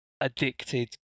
addicted